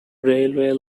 railway